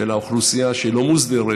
של האוכלוסייה שלא מוסדרת,